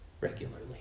regularly